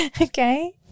Okay